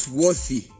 worthy